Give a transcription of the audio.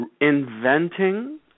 inventing